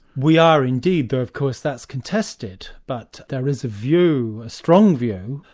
we are indeed, though of course that's contested, but there is a view, a strong view,